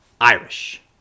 Irish